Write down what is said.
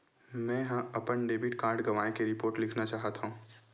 मेंहा अपन debit card गवाए के रिपोर्ट लिखना चाहत हव